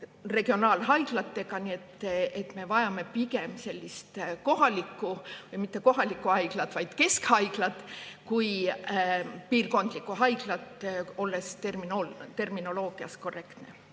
regionaalhaiglatega. Nii et me vajame pigem sellist kohalikku, või mitte kohalikku, vaid keskhaiglat kui piirkondlikku haiglat, olles terminoloogias korrektne.